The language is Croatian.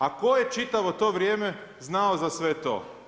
A tko je čitavo to vrijeme znao za sve to?